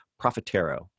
Profitero